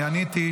אני עניתי.